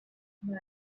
but